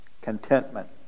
contentment